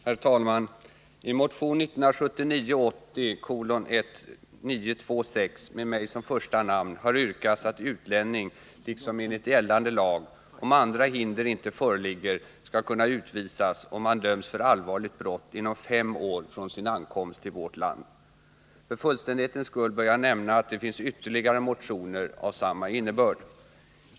Herr talman! I motion 1979/80:1926 med mitt namn först har yrkats att utlänning enligt gällande lag — om andra hinder inte föreligger — skall kunna utvisas, om han döms för allvarligt brott inom fem år från sin ankomst till vårt land. — För fullständighetens skull bör jag nämna att det finns ytterligare motioner av samma innebörd.